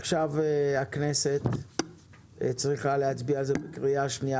עכשיו הכנסת צריכה להצביע על זה בקריאה שנייה